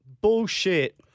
Bullshit